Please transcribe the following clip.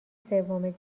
سوم